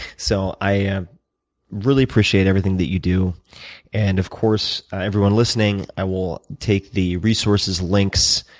so i really appreciate everything that you do and, of course, everyone listening, i will take the resources, links,